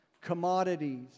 commodities